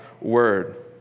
word